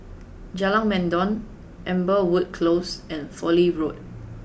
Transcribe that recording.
Jalan Mendong Amberwood Close and Fowlie Road